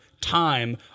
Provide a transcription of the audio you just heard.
time